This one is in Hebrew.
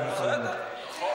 בסדר, נכון.